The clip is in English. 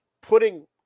putting